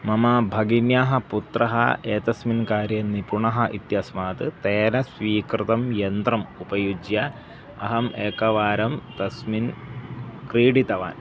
मम भगिन्याः पुत्रः एतस्मिन् कार्ये निपुणः इत्यस्मात् तेन स्वीकृतं यन्त्रम् उपयुज्य अहम् एकवारं तस्मिन् क्रीडितवान्